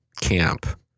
camp